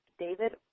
David